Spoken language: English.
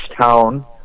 town